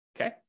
okay